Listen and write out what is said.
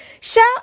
Shout